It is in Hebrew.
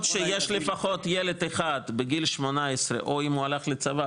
שיש לפחות ילד אחד בגיל 18 או אם הוא הלך לצבא,